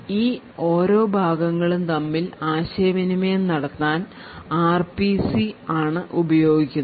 ഈ ഓരോ ഭാഗങ്ങളും തമ്മിൽ ആശയവിനിമയം നടത്താൻ ആർപിസി ആണു ഉപയോഗിക്കുന്നത്